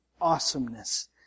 awesomeness